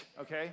okay